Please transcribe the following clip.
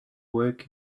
work